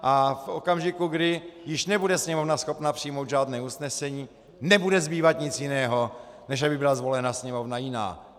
V okamžiku, kdy nebude Sněmovna již schopna přijmout žádné usnesení, nebude zbývat nic jiného, než aby byla zvolena Sněmovna jiná.